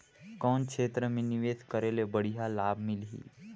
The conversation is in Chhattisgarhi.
कौन क्षेत्र मे निवेश करे ले बढ़िया लाभ मिलही?